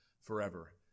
forever